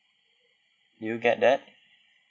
did you get that